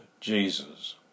Jesus